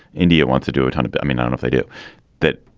india wants to do it. and but i mean, not if they do that.